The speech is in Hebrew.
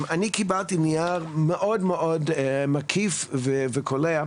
אני קיבלתי נייר מאוד מאוד מקיף וכולל,